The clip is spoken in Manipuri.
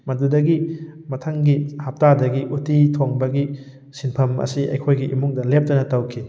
ꯃꯗꯨꯗꯒꯤ ꯃꯊꯪꯒꯤ ꯍꯞꯇꯥꯗꯒꯤ ꯎꯇꯤ ꯊꯣꯡꯕꯒꯤ ꯁꯤꯟꯐꯝ ꯑꯁꯤ ꯑꯩꯈꯣꯏꯒꯤ ꯏꯃꯨꯡꯗ ꯂꯦꯞꯇꯅ ꯇꯧꯈꯤ